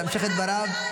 להמשיך את דבריו.